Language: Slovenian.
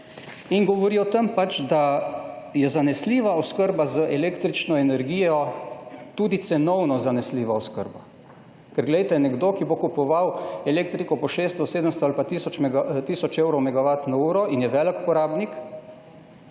in govori o tem, da je zanesljiva oskrba z električno energijo tudi cenovno zanesljiva oskrba. Ker, glejte, nekdo, ki bo kupoval elektriko po 600, 700 ali pa tisoč evrov megavatno uro in je velik porabnik,